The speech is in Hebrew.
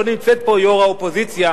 לא נמצאת פה יו"ר האופוזיציה,